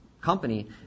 company